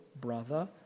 brother